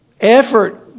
effort